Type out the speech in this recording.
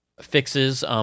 fixes